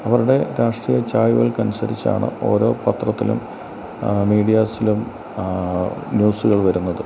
അവരുടെ രാഷ്ട്രീയ ചായ്വുകൾക്ക് അനുസരിച്ചാണ് ഓരോ പത്രത്തിലും മീഡിയാസിലും ന്യൂസുകൾ വരുന്നത്